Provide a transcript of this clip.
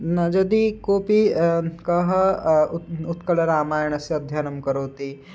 न यदि कोऽपि कः उत् उत्कलरामायणस्य अध्ययनं करोति